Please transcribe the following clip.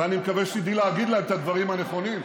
ואני מקווה שתדעי להגיד להם את הדברים הנכונים.